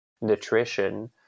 nutrition